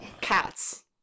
Cats